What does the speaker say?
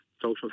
social